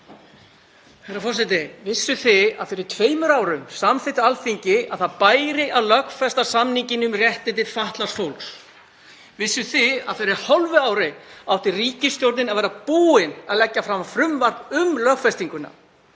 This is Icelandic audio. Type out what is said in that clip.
Herra forseti. Vissuð þið að fyrir tveimur árum samþykkti Alþingi að það bæri að lögfesta samninginn um réttindi fatlaðs fólks? Vissuð þið að fyrir hálfu ári átti ríkisstjórnin að vera búin að leggja fram frumvarp um lögfestinguna?